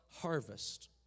Harvest